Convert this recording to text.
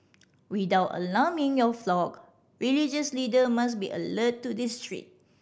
without alarming your flock religious leader must be alert to this threat